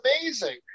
amazing